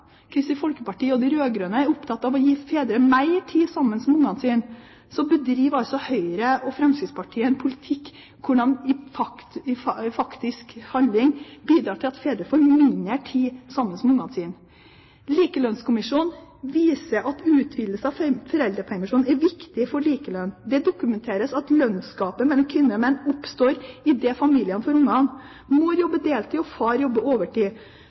Kristelig Folkeparti og de rød-grønne – er opptatt av å gi fedrene mer tid sammen med ungene sine, bedriver altså Høyre og Fremskrittspartiet en politikk hvor de i faktisk handling bidrar til at fedrene får mindre tid sammen med ungene sine. Likelønnskommisjonen viser at utvidelse av foreldrepermisjon er viktig for likelønn. Det dokumenteres at lønnsgapet mellom kvinner og menn oppstår idet familiene får barn. Mor jobber deltid, og far jobber overtid.